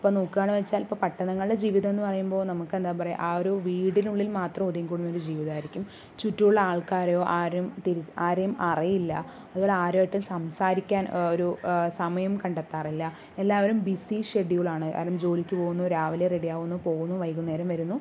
ഇപ്പോ നോക്കാണ് വെച്ചാൽ ഇപ്പം പട്ടണങ്ങളിലെ ജീവിതം എന്നു പറയുമ്പോൾ നമുക്ക് എന്താ പറയുക ആ ഒരു വീടിനുള്ളിൽ മാത്രം ഒതുങ്ങി കൂടുന്നൊരു ജീവിതമായിരിക്കും ചുറ്റുമുള്ള ആൾക്കാരെയോ ആരും തിരിച്ച് ആരെയും അറിയില്ല അതുപോലെ ആരുമായിട്ടും സംസാരിക്കാൻ ഒരു സമയം കണ്ടെത്താറില്ല എല്ലാവരും ബിസി ഷെഡ്യുളാണ് എല്ലാരും ജോലിക്കു പോകുന്നു രാവിലെ റെഡിയാവുന്നു പോകുന്നു വൈകുന്നേരം വരുന്നു